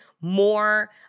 more